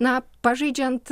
na pažaidžiant